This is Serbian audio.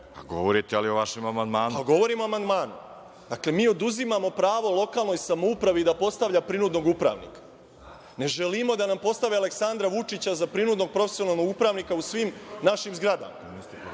Govorite, ali o vašem amandmanu. **Boško Obradović** Pa, govorim o amandmanu. Dakle, mi oduzimamo pravo lokalnoj samoupravi da postavlja prinudnog upravnika. Ne želimo da nam postave Aleksandra Vučića za prinudnog profesionalnog upravnika u svim našim zgradama.